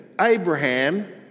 Abraham